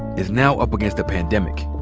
is now up against a pandemic,